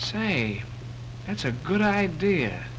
ay that's a good idea